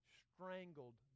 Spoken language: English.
strangled